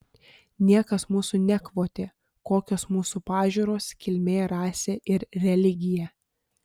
niekas mūsų nekvotė kokios mūsų pažiūros kilmė rasė ir religija